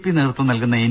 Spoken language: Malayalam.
പി നേതൃത്വം നൽകുന്ന എൻ